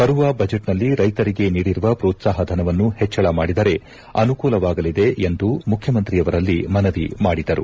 ಬರುವ ಬಜೆಟ್ನಲ್ಲಿ ರೈತರಿಗೆ ನೀಡಿರುವ ಪೋತ್ಸಾಪಧನವನ್ನು ಹೆಚ್ಚಳ ಮಾಡಿದರೆ ಅನುಕೂಲವಾಗಲಿದೆ ಎಂದು ಮುಖ್ಯಮಂತ್ರಿಯವರಲ್ಲಿ ಮನವಿ ಮಾಡಿದರು